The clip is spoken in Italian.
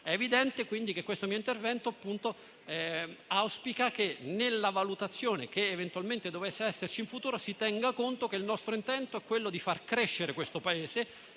È evidente, quindi, che questo mio intervento auspica che nella valutazione che eventualmente dovesse esserci in futuro si tenga conto che il nostro intento è far crescere il Paese